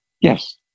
Yes